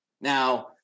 Now